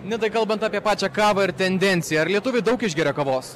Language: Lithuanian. nidai kalbant apie pačią kavą ir tendenciją ar lietuviai daug išgeria kavos